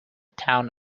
town